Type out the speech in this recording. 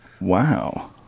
Wow